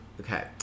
Okay